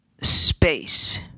space